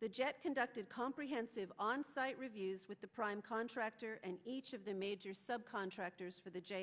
the jet conducted comprehensive onsite reviews with the prime contractor and each of the major sub contractors for the j